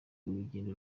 urugendo